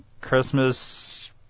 Christmas